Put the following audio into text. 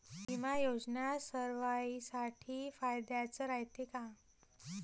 बिमा योजना सर्वाईसाठी फायद्याचं रायते का?